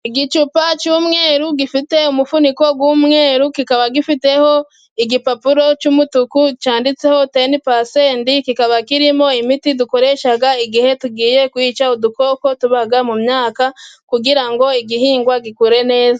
Igicupa cy'umweru gifite umufuniko w'umweru, kikaba gifiteho igipapuro cy'umutuku cyanditseho tenipasenti, kikaba kirimo imiti dukoresha igihe tugiye kwica udukoko tuba mu myaka, kugira ngo igihingwa gikure neza.